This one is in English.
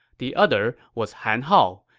the other was han hao,